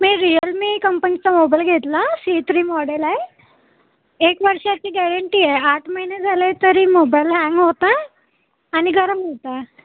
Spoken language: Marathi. मी रिअलमी कंपनीचा मोबाईल घेतला सी थ्री मॉडेल आहे एक वर्षाची गॅरंटी आहे आठ महिने झाले तरी मोबाईल हँग होतं आणि गरम होत आहे